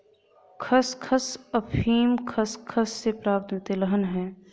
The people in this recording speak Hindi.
खसखस अफीम खसखस से प्राप्त तिलहन है